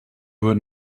would